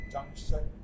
Junction